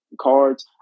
cards